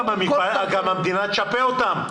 גם המדינה תשפה אותם.